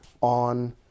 on